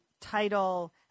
title